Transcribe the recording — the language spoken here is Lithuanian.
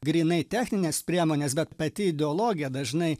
grynai technines priemones bet pati ideologija dažnai